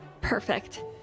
Perfect